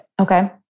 Okay